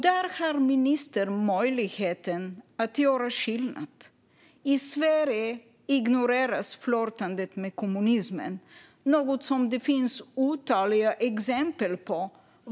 Där har ministern möjligheten att göra skillnad. I Sverige ignoreras flirtandet med kommunismen. Det är något som det finns otaliga exempel på.